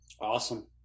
Awesome